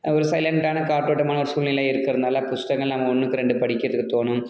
ஒரு சைலண்ட்டான காற்றோட்டமான ஒரு சூழ்நிலை இருக்கிறதினால புஸ்தகங்கள் நாங்கள் ஒன்றுக்கு ரெண்டு படிக்கிறதுக்கு தோணும்